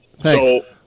Thanks